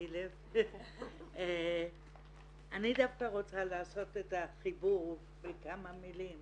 אני דווקא רוצה לעשות את החיבור בכמה מילים